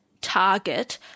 target